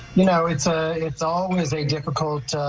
you know it's a it's always a difficult.